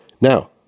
now